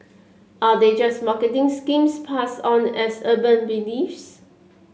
are they just marketing schemes passed on as urban beliefs